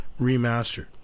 remastered